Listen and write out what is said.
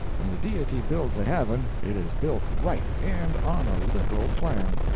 when the deity builds a heaven, it is built right, and on a liberal plan.